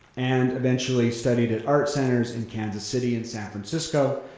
and eventually studied at art centers in kansas city and san francisco,